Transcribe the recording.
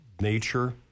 nature